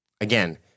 again